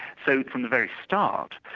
so from the very start,